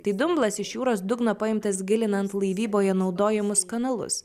tai dumblas iš jūros dugno paimtas gilinant laivyboje naudojamas kanalus